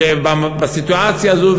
שבסיטואציה הזו,